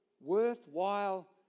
worthwhile